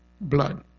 Blood